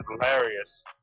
hilarious